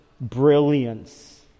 brilliance